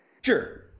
sure